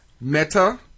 Meta